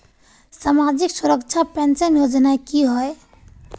सामाजिक सुरक्षा पेंशन योजनाएँ की होय?